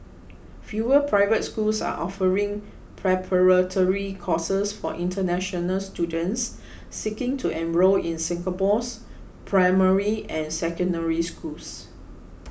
fewer private schools are offering preparatory courses for international students seeking to enrol in Singapore's primary and Secondary Schools